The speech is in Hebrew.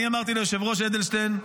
אמרתי ליושב-ראש אדלשטיין.